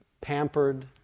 pampered